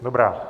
Dobrá.